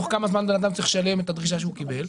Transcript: תוך כמה זמן אדם צריך לשלם את הדרישה שהוא קיבל?